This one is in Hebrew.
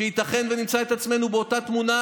שבו ייתכן שנמצא את עצמנו באותה תמונה,